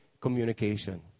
communication